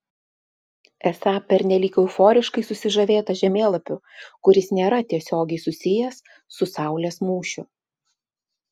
esą pernelyg euforiškai susižavėta žemėlapiu kuris nėra tiesiogiai susijęs su saulės mūšiu